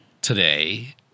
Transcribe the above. today